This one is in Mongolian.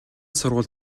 сургууль